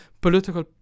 political